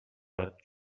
read